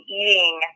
eating